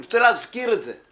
אני רוצה להזכיר את זה.